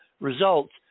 results